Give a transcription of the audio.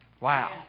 Wow